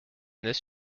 this